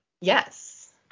Yes